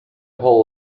whole